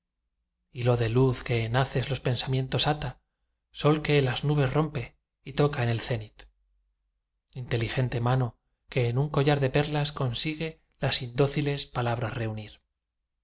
corcel hilo de luz que en haces los pensamientos ata sol que las nubes rompe y toca en el zenit inteligente mano que en un collar de perlas consigue las indóciles palabras reunir